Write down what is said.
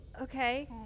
Okay